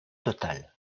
total